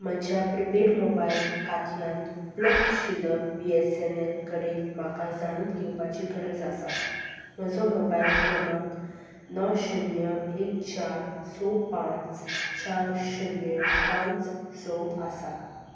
म्हज्या prepaid mobile खात्यांत उपलब्ध आशिल्लो बी एस एन एल कडेन म्हाका जाणून घेवपाची गरज आसा म्हजो मोबायल क्रमांक णव शुन्य एक चार स पांच चार शुन्य पांच स आसा